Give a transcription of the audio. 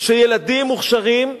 כשילדים מוכשרים,